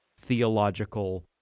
theological